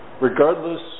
Regardless